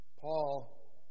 Paul